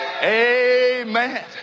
Amen